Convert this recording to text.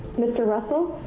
mr. russell?